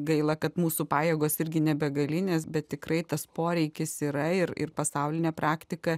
gaila kad mūsų pajėgos irgi ne begalinės bet tikrai tas poreikis yra ir ir pasaulinė praktika